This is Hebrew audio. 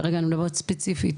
כרגע אני מדברת ספציפית